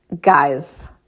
guys